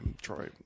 Troy